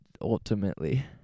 ultimately